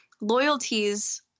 loyalties